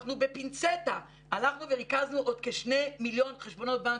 אנחנו בפינצטה הלכנו וריכזנו עוד כשני מיליון חשבונות בנק,